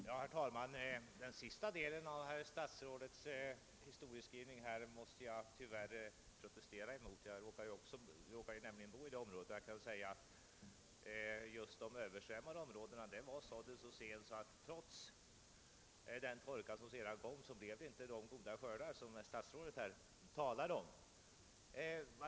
Herr talman! Den senaste delen av herr statsrådets historieskrivning måste jag tyvärr protestera mot. Jag råkar ju bo i detta område, och jag kan säga att just i de översvämmade områdena var sådden så sen att det trots den torka som sedan kom inte alls blev så goda skördar som herr statsrådet gör gällande att det blev.